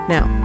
Now